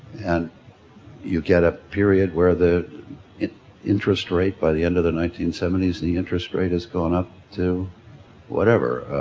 and you get a period where the interest rate by the end of the nineteen seventy s, the interest rate has gone up to whatever,